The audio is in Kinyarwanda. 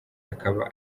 akaba